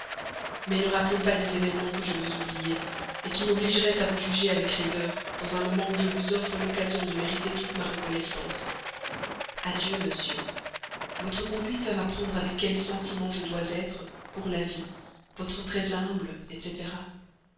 mais ne rappelons pas des événements que je veux oublier qui m'obligeraient à vous juger avec rigueur dans un moment où je vous offre l'occasion de mériter toute ma reconnaissance adieu monsieur votre conduite va m'apprendre avec quels sentiments je dois être pour la vie votre très humble etc